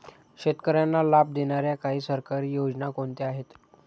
शेतकऱ्यांना लाभ देणाऱ्या काही सरकारी योजना कोणत्या आहेत?